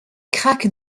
craque